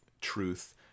truth